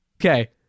okay